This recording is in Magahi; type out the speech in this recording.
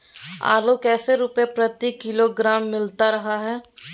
आलू कैसे रुपए प्रति किलोग्राम मिलता रहा है?